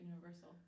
Universal